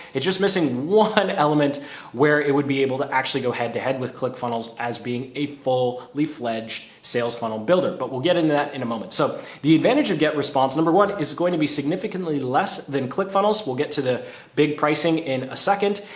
just missing one element where it would be able to actually go head to head with click funnels as being a full reflagged sales funnel builder. but we'll get into that in a moment. so the advantage of get response, number one is going to be significantly less than click funnels. we'll get to the big pricing in a second.